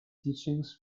teachings